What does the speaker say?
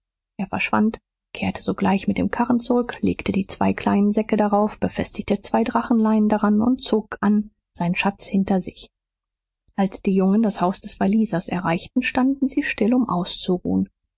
er verschwand kehrte sogleich mit dem karren zurück legte die zwei kleinen säcke drauf befestigte zwei drachenleinen dran und zog an seinen schatz hinter sich als die jungen das haus des wallisers erreichten standen sie still um auszuruhen